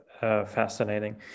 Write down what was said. fascinating